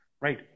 right